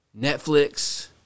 Netflix